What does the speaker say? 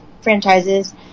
franchises